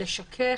לשכך,